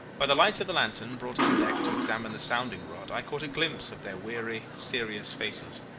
by the light of the lantern brought on deck to examine the sounding-rod i caught a glimpse of their weary, serious faces.